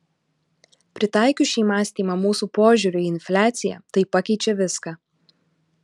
pritaikius šį mąstymą mūsų požiūriui į infliaciją tai pakeičia viską